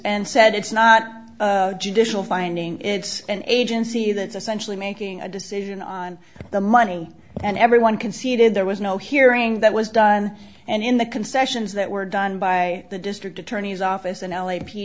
and said it's not judicial finding it's an agency that's essentially making a decision on the money and everyone conceded there was no hearing that was done and in the concessions that were done by the district attorney's office and l a p